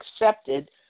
accepted